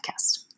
Podcast